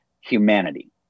humanity